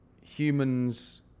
humans